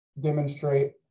demonstrate